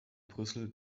brüssel